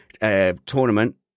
tournament